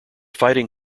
fighting